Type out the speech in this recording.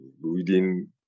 reading